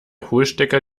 hohlstecker